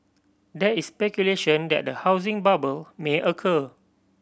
there is speculation that a housing bubble may occur